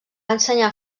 ensenyar